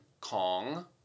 Kong